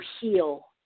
heal